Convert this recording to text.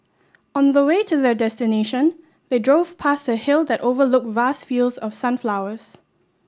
on the way to their destination they drove past a hill that overlooked vast fields of sunflowers